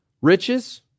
riches